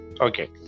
okay